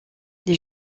les